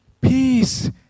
Peace